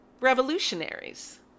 revolutionaries